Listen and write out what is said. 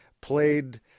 played –